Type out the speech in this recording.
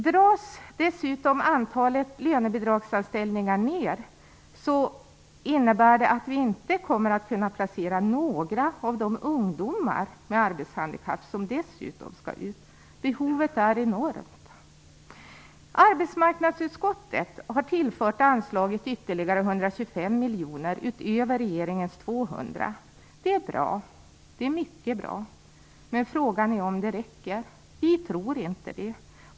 Dras dessutom antalet lönebidragsanställningar ned, innebär det att vi inte kommer att kunna placera några av de ungdomar med arbetshandikapp som dessutom skall ut. Behovet är enormt. Arbetsmarknadsutskottet har tillfört anslaget ytterligare 125 miljoner utöver regeringens 200. Det är mycket bra. Men frågan är om det räcker. Vi tror inte det.